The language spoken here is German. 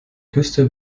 küste